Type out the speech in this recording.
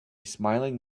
smiling